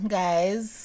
guys